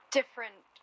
different